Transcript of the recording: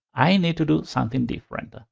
i need to do something different.